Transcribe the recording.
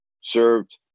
served